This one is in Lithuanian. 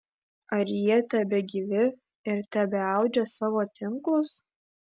ar jie tebegyvi ir tebeaudžia savo tinklus